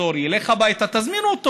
על ידי מימון זה יתקיים חילול שבת כה נוראי,